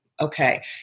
Okay